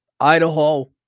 Idaho